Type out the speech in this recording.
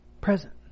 Present